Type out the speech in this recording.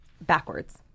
backwards